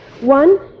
One